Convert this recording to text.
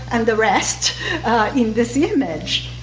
and the rest in this image.